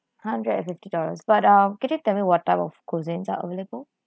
hundred and fifty dollars but uh can you tell me what type of cuisines are available